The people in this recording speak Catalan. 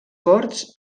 corts